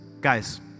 Guys